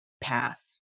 path